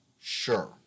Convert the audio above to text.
Sure